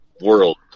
world